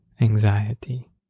anxiety